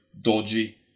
dodgy